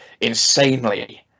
insanely